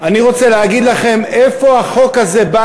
אני רוצה להגיד לכם איפה החוק הזה בא